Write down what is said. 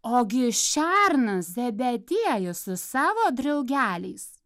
ogi šernas zebediejus su savo draugeliais